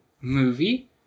movie